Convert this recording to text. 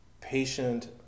patient